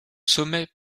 sommet